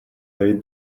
avez